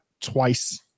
twice